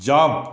jump